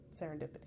Serendipity